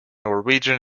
norwegian